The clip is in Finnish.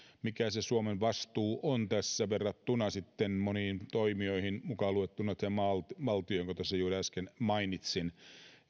mikä suomen vastuu on tässä verrattuna sitten moniin toimijoihin mukaan luettuna se valtio jonka tässä juuri äsken mainitsin